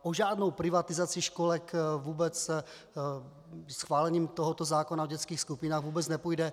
O žádnou privatizaci školek schválením tohoto zákona o dětských skupinách vůbec nepůjde.